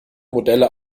modelle